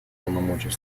полномочий